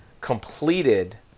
completed